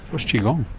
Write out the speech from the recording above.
what's qi gong?